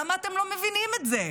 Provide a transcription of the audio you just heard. למה אתם לא מבינים את זה?